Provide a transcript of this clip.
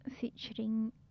featuring